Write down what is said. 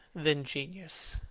than genius,